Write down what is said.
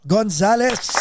Gonzalez